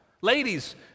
Ladies